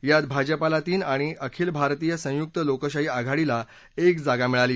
यात भाजपाला तीन आणि अखिल भारतीय संयुक लोकशाही आघाडीला एक जागा मिळाली